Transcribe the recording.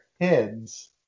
heads